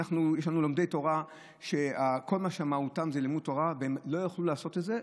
יש לנו לומדי תורה שכל מהותם היא לימוד תורה והם לא יוכלו לעשות את זה,